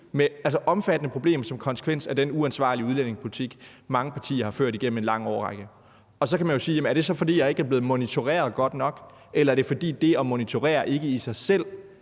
med omfattende problemer som en konsekvens af den uansvarlige udlændingepolitik, mange partier har ført igennem en lang årrække. Så kan man spørge: Er det så, fordi der ikke er blevet monitoreret godt nok, eller er det, fordi det at monitorere ikke i sig selv